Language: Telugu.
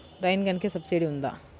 రైన్ గన్కి సబ్సిడీ ఉందా?